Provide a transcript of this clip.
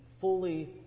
fully